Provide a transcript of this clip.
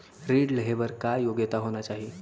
ऋण लेहे बर का योग्यता होना चाही?